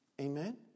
Amen